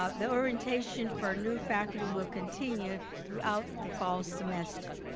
ah the orientation for new faculty will continue throughout the fall semester.